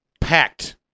packed